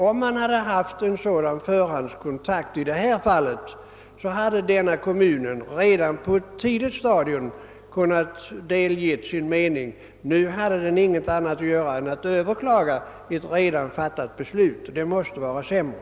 Om det hade förekommit en sådan förhandskontakt i detta fall, hade denna kommun redan på ett tidigt stadium kunnat delge sin mening. Nu hade den ingenting annat att göra än att överklaga ett redan fattat beslut, och det måste vara sämre.